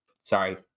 Sorry